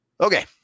Okay